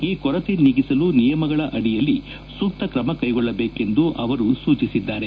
ಈ ಕೊರತೆ ನೀಗಿಸಲು ನಿಯಮಗಳ ಅಡಿಯಲ್ಲಿ ಸೂಕ್ತ ಕ್ರಮ ಕೈಗೊಳ್ಳಬೇಕೆಂದು ಅವರು ಸೂಚಿಸಿದ್ದಾರೆ